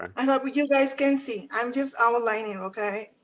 i hope you guys can see. i'm just outlining, okay?